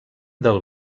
del